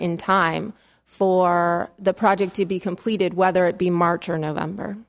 in time for the project to be completed whether it be march or november